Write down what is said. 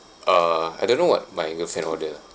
uh I don't know what my girlfriend order ah